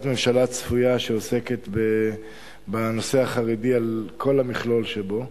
ממשלה צפויה שעוסקת בנושא החרדי על כל המכלול שבו.